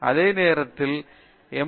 அதே நேரத்தில் ஒரு எம்